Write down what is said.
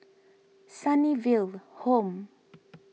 Sunnyville Home